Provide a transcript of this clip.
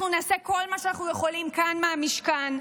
אנחנו נעשה כל מה שאנחנו יכולים כאן, מהמשכן.